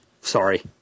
Sorry